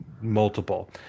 multiple